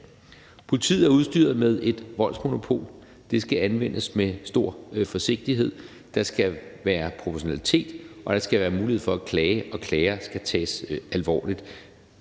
Politiet er udstyret med et voldsmonopol. Det skal anvendes med stor forsigtighed. Der skal være proportionalitet, og der skal være mulighed for at klage, og klager skal tages alvorligt.